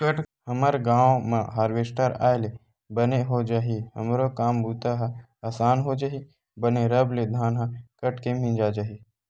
हमर गांव म हारवेस्टर आय ले बने हो जाही हमरो काम बूता ह असान हो जही बने रब ले धान ह कट के मिंजा जाही